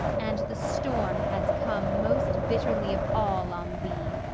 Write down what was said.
and the storm has come most bitterly of all on thee!